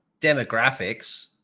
demographics